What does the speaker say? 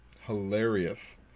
hilarious